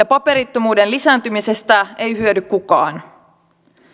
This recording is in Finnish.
paperittomuuden lisääntymisestä ei hyödy kukaan